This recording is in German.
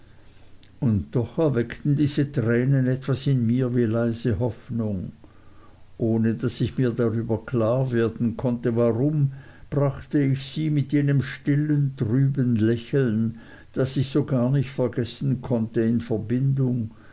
und doch erweckten diese tränen etwas in mir wie leise hoffnung ohne daß ich mir darüber klar werden konnte warum brachte ich sie mit jenem stillen trüben lächeln das ich so gar nicht vergessen konnte in verbindung